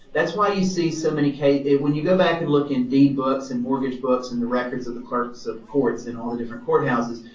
that's why you see so many. when you go back and look in deed books and mortgage books and the records of the clerks of courts, in all the different courthouses,